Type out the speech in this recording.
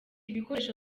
ibikoresho